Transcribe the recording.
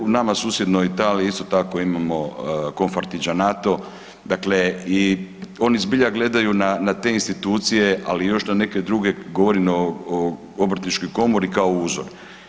U nama susjednom Italiji, isto tako imamo Confartigianato, dakle oni zbilja gledaju na te institucije ali još na neke druge, govorim o obrtničkoj komori kao uzor.